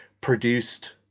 produced